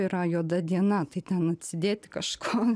yra juoda diena tai ten atsidėti kažko